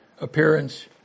appearance